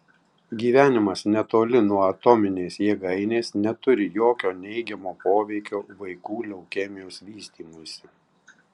gyvenimas netoli nuo atominės jėgainės neturi jokio neigiamo poveikio vaikų leukemijos vystymuisi